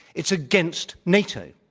it's against nato.